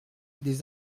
des